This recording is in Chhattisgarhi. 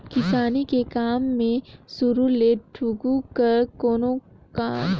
किसानी के काम मे सुरू ले ठुठुंग तक कोनो न कोनो अलहन आते रथें